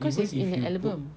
because it's in an